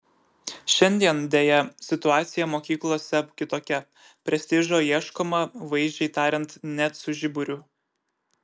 šiandien deja situacija mokyklose kitokia prestižo ieškoma vaizdžiai tariant net su žiburiu